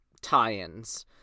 tie-ins